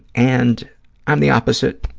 and i'm the opposite.